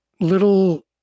little